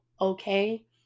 okay